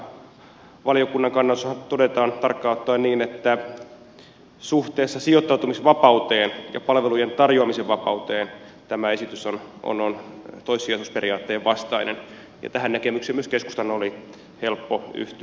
noissa valiokunnan kannoissahan todetaan tarkkaan ottaen niin että suhteessa sijoittautumisvapauteen ja palvelujen tarjoamisen vapauteen tämä esitys on toissijaisuusperiaatteen vastainen ja tähän näkemykseen myös keskustan oli helppo yhtyä